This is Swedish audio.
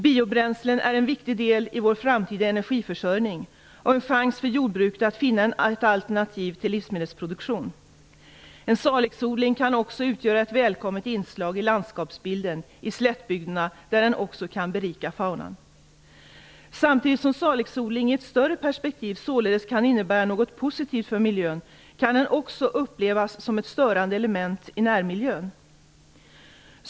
Biobränslen är en viktig del i vår framtida energiförsörjning och en chans för jordbruket att finna ett alternativ till livsmedelsproduktion. En salixodling kan också utgöra ett välkommet inslag i landskapsbilden i slättbygderna där den också kan berika faunan. Samtidigt som salixodling i ett större perspektiv således kan innebära något positivt för miljön kan den också upplevas som ett störande element i närmiljön.